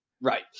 right